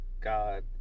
God